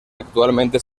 actualmente